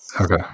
Okay